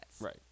right